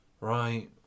Right